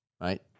right